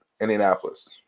indianapolis